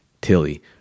Tilly